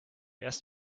erst